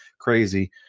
crazy